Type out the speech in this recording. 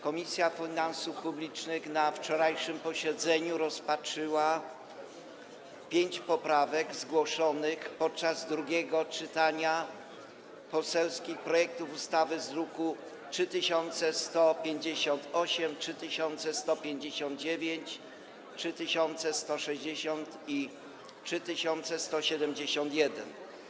Komisja Finansów Publicznych na wczorajszym posiedzeniu rozpatrzyła pięć poprawek zgłoszonych podczas drugiego czytania poselskich projektów ustaw z druków nr 3158, 3159, 3160 i 3171.